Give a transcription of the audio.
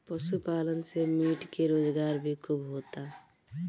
पशुपालन से मीट के रोजगार भी खूब होता